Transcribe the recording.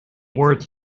worth